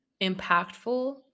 impactful